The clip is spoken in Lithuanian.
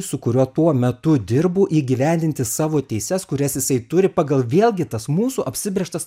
su kuriuo tuo metu dirbu įgyvendinti savo teises kurias jisai turi pagal vėlgi tas mūsų apsibrėžtas